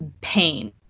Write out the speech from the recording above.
pain